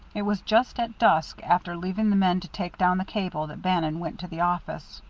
it was just at dusk, after leaving the men to take down the cable, that bannon went to the office.